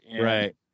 Right